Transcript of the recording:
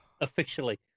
Officially